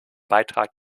betrag